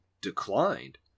declined